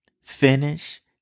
Finish